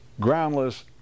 groundless